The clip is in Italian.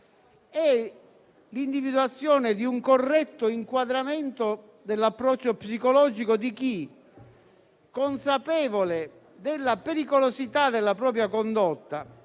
l'individuazione di un corretto inquadramento dell'approccio psicologico di chi, consapevole della pericolosità della propria condotta,